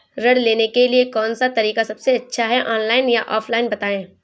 ऋण लेने के लिए कौन सा तरीका सबसे अच्छा है ऑनलाइन या ऑफलाइन बताएँ?